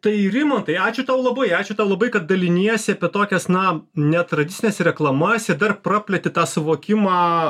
tai rimantai ačiū tau labai ačiū tau labai kad daliniesi apie tokias na netradicines reklamas ir dar prapleti tą suvokimą